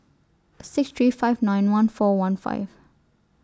six three five nine one four one five